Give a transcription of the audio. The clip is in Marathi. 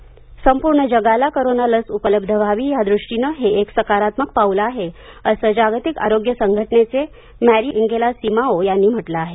संपूर्ण जगाला करोना लस उपलब्ध व्हावी यादृष्टीने हे एक सकारात्मक पाऊल आहे असं जागतिक आरोग्य संघटनेचे मॅरिएंगेला सिमाओ यांनी म्हटलं आहे